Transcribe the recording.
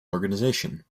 organization